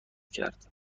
کرد